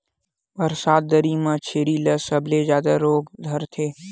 बरसात दरी म छेरी ल सबले जादा रोग धरथे